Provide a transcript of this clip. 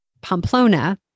Pamplona